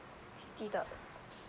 deducts